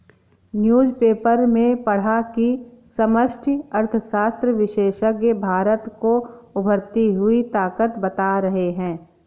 newspaper में पढ़ा की समष्टि अर्थशास्त्र विशेषज्ञ भारत को उभरती हुई ताकत बता रहे हैं